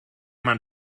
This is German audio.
man